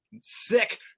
sick